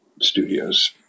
studios